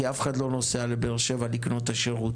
כי אף אחד לא נוסע לבאר שבע כדי לקנות את השירות.